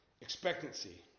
Expectancy